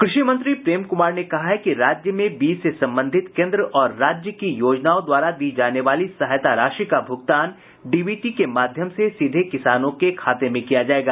कृषि मंत्री प्रेम कुमार ने कहा है कि राज्य में बीज से संबंधित केन्द्र और राज्य की योजनाओं द्वारा दी जाने वाली सहायता राशि का भुगतान डीबीटी के माध्यम से सीधे किसानों के खाते में किया जायेगा